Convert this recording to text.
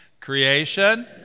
Creation